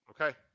Okay